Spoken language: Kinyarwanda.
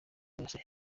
bose